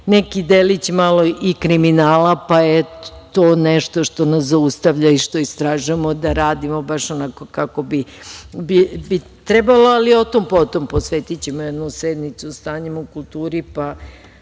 neki delić malo i kriminala. To je nešto što nas zaustavlja i što istražujemo, radimo baš onako kako bi trebalo. Otom – potom, posvetićemo jednu sednicu stanju u kulturi, pa